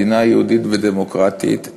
מדינה יהודית ודמוקרטית,